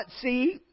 see